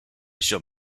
shall